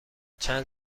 چند